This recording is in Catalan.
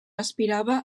aspirava